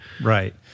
Right